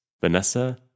Vanessa